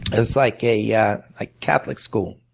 it's like a yeah ah catholic school.